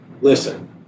listen